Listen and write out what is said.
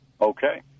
Okay